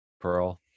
Pearl